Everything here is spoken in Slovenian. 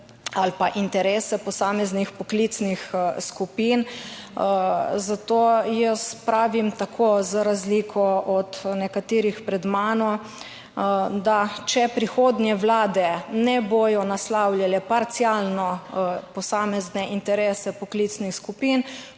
ali pa interese posameznih poklicnih skupin. Zato jaz pravim tako, za razliko od nekaterih pred mano, da če prihodnje vlade ne bodo naslavljale parcialno posamezne interese poklicnih skupin,